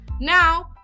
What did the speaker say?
Now